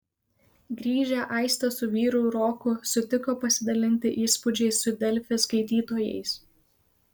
grįžę aistė su vyru roku sutiko pasidalinti įspūdžiais su delfi skaitytojais